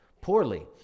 poorly